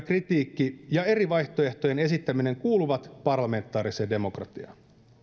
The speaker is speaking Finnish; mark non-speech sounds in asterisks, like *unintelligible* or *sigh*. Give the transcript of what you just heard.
*unintelligible* kritiikki ja eri vaihtoehtojen esittäminen kuuluvat parlamentaariseen demokratiaan